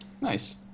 Nice